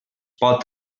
pot